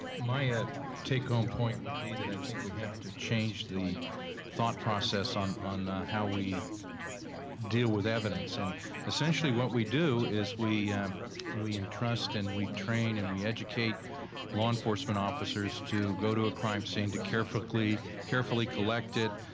my ah take home point would be that i think we have to change the thought process on on how we deal with evidence, and essentially what we do is we and we entrust and we train and we educate law enforcement officers to go to a crime scene, to carefully carefully collect it,